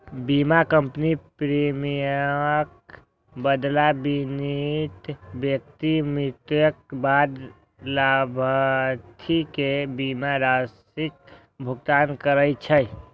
बीमा कंपनी प्रीमियमक बदला बीमित व्यक्ति मृत्युक बाद लाभार्थी कें बीमा राशिक भुगतान करै छै